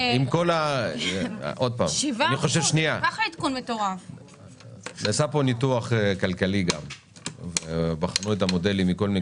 נעשה כאן ניתוח כלכלי ובחנו את המודלים מכל מיני כיוונים.